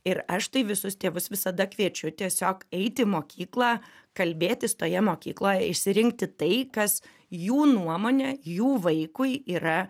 ir aš tai visus tėvus visada kviečiu tiesiog eit į mokyklą kalbėtis toje mokykloje išsirinkti tai kas jų nuomone jų vaikui yra